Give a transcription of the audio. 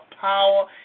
power